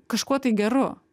kažkuo tai geru